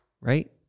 Right